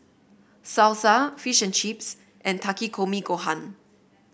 Salsa Fish and Chips and Takikomi Gohan